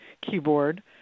keyboard